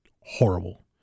horrible